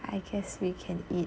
I guess we can eat